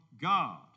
God